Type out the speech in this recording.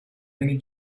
many